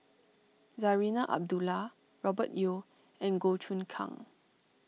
Zarinah Abdullah Robert Yeo and Goh Choon Kang